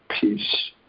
peace